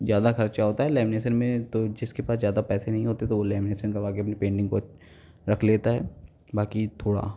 ज़्यादा खर्चा होता है लैमीनेसन में तो जिसके पास ज़्यादा पैसे नहीं होते तो वो लैमीनेसन करवा के अपनी पेन्टिंग को रख लेता है बाकी थोड़ा